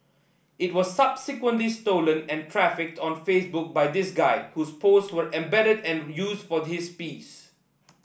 it was subsequently stolen and trafficked on Facebook by this guy whose posts we embedded and used for this piece